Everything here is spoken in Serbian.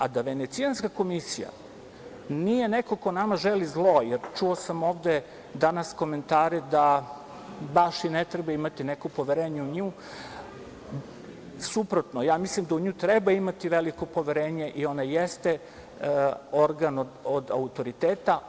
A da Venecijanska komisija nije neko ko nama želi zlo, jer čuo sam ovde danas komentare da baš i ne treba imati neko poverenje u nju, suprotno, mislim da u nju treba imati veliko poverenje i ona jeste organ od autoriteta.